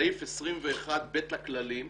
סעיף 21(ב) לכללים,